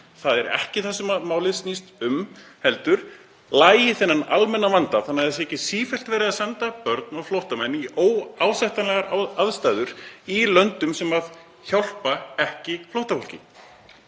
Það er ekki það sem málið snýst um heldur: Lagið þennan almenna vanda þannig að það sé ekki sífellt verið að senda börn og flóttamenn í óásættanlegar aðstæður í löndum sem hjálpa ekki flóttafólki.